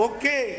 Okay